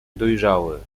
dojrzały